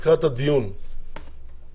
לקראת הדיון הנוסף,